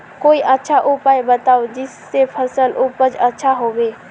कोई अच्छा उपाय बताऊं जिससे फसल उपज अच्छा होबे